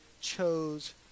chose